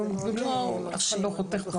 אף אחד לא חותך.